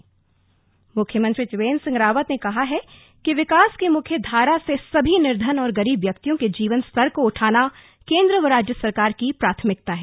सम्मेलन मुख्यमंत्री त्रिवेन्द्र सिंह रावत ने कहा है कि विकास की मुख्य धारा से सभी निर्धन और गरीब व्यक्तियों के जीवन स्तर को उठाना केंद्र व राज्य सरकार की पहली प्राथमिकता है